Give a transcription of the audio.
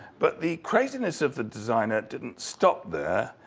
but the craziness of the designer didn't stop there.